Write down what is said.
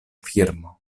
firmo